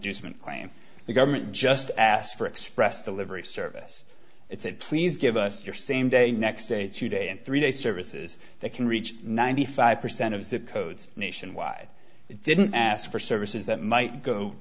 mint claim the government just asked for express the livery service it said please give us your same day next day to day in three days services they can reach ninety five percent of zip codes nationwide didn't ask for services that might go